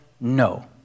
No